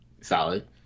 Solid